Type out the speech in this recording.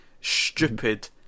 stupid